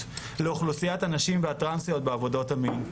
לאוכלוסיית הנשים והטרנסיות בעבודות המין.